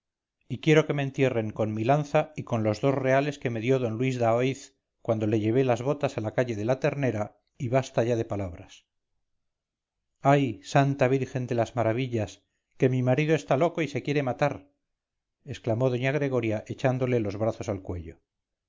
y quiero que me entierren con mi lanza y con los dos reales que me dio d luis daoiz cuando le llevé las botas a la calle de la ternera y basta ya de palabras ay santa virgen de maravillas que mi marido está loco y se quiere matar exclamó doña gregoria echándole los brazos al cuello